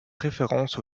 référence